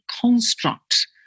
construct